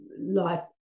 life